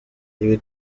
ibi